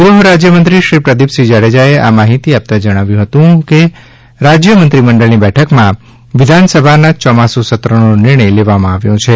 ગૃહરાજ્યમંત્રી શ્રી પ્રદીપસિંહ જાડેજાએ આ માહિતી આપતા જણાવ્યું હતું કે રાજ્ય મંત્રી મંડળની બેઠકમાં વિધાન સભાના યોમાસું સત્રનો નિર્ણય લેવામાં આવ્યો છે